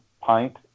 pint